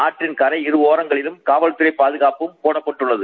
ஆற்றின் கரையோரங்களில் காவல்துறை பாதுகாப்பும் போடப்பட்டுள்ளது